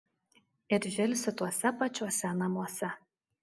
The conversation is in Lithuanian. ir žilsi tuose pačiuose namuose